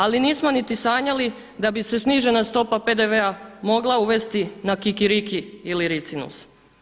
Ali nismo niti sanjali da bi se snižena stopa PDV-a mogla uvesti na kikiriki ili ricinus.